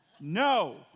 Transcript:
No